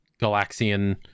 Galaxian